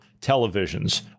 televisions